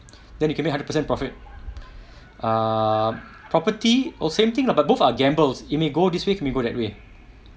then you can make hundred percent profit uh property or same thing lah but both are gambles it may go this way it may go that way